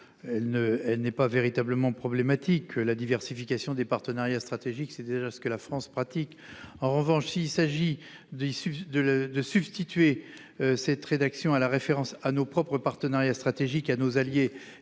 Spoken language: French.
n'est pas véritablement problématique : la diversification des partenariats stratégiques, c'est déjà ce que la France pratique ! En revanche, s'il s'agit de substituer cette rédaction à la référence à nos partenariats stratégiques actuels, à nos alliés